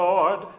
Lord